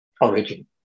origin